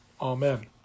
Amen